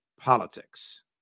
politics